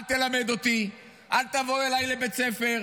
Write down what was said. אל תלמד אותי, אל תבוא אליי לבית ספר,